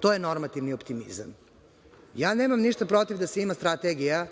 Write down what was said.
To je normativni optimizam. Nemam ništa protiv da se ima strategija